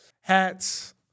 Hats